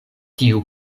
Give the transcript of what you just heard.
tiu